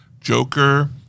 Joker